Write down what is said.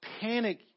panic